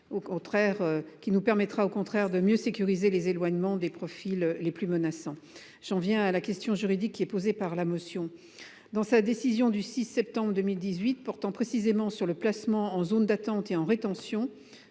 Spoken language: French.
elle nous permettra de mieux sécuriser l’éloignement des profils les plus menaçants. J’en viens à la question juridique que suscite la motion. Dans sa décision du 6 septembre 2018, qui portait en particulier sur le placement en zone d’attente et en rétention,